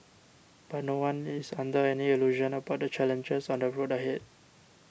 but no one is under any illusion about the challenges on the road ahead